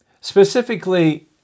Specifically